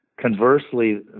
Conversely